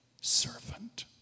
servant